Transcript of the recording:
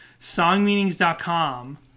Songmeanings.com